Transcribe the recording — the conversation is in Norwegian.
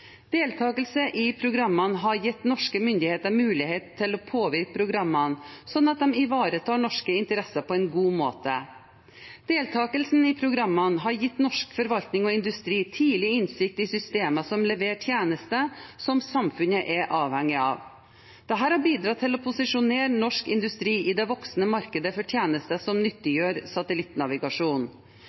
Deltakelse i programmene har gitt norske myndigheter mulighet til å påvirke programmene, slik at de ivaretar norske interesser på en god måte. Deltakelse i programmene har gitt norsk forvaltning og industri tidlig innsikt i systemer som leverer tjenester som samfunnet er avhengig av. Dette har bidratt til å posisjonere norsk industri i det voksende markedet for tjenester som nyttiggjør satellittnavigasjon.